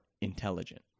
intelligent